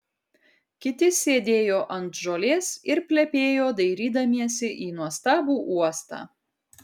kiti sėdėjo ant žolės ir plepėjo dairydamiesi į nuostabų uostą